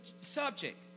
subject